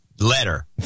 Letter